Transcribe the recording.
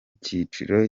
cyiciro